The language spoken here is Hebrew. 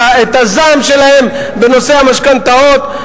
את הזעם שלהם בנושא המשכנתאות,